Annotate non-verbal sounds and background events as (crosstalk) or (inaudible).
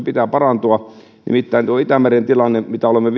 (unintelligible) pitää parantua nimittäin tuo itämeren tilanne mitä olemme (unintelligible)